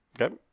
okay